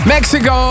Mexico